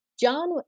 john